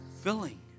filling